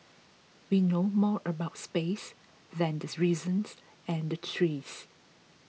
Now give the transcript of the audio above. we know more about space than the reasons and the trees